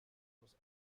was